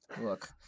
Look